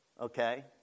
okay